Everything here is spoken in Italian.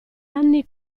anni